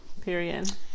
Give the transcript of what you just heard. period